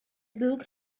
book